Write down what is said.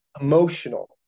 emotional